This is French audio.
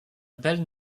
belle